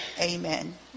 Amen